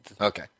Okay